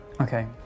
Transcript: Okay